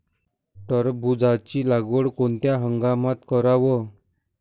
टरबूजाची लागवड कोनत्या हंगामात कराव?